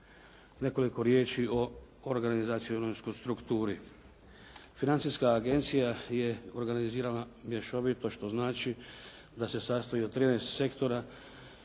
Nekoliko riječi o organizacijskoj strukturi. Financijska agencija je organizirana mješovito što znači da se sastoji od 13 sektora